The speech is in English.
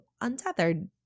untethered